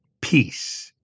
peace